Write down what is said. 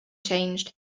changed